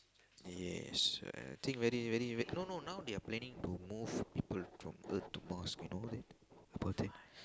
yes and I think very very no no now they are planning to move people from Earth to Mars and all that deported